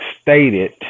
stated